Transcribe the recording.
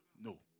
No